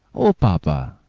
oh, papa!